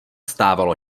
stávalo